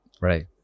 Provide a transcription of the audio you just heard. Right